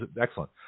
Excellent